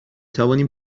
توانیم